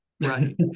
Right